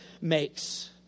makes